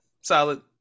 Solid